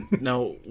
Now